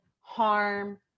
harm